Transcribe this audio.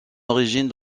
origine